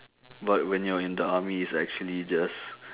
but when you're in the army it's actually just